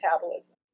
metabolism